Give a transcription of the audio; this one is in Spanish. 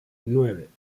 nueve